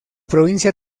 provincia